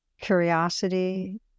curiosity